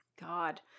God